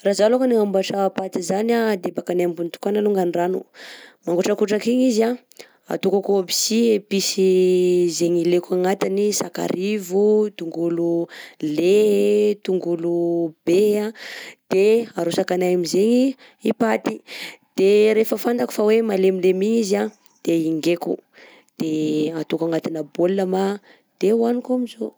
Rehefa zaho magnandro amin'ny fianakaviananeh zany a de arakaraky habetsakananjy akeo mi raha ohatra hoe maromaro ma i raha ho atokoko io an de mampiasa épices maromaro zaho, raha ohatra ma bitibitika de arakaraka an'izany. Aleko ohatra fogna hoe rehefa amina dessert de afangaroko la vanille ohatra nefa rehefa amina ro ndreka koà an poavra ataoko somary hoe misimisy mi.